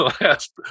last